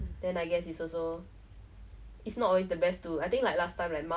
I I wish did not happen lah did not have to happen that I have to become like this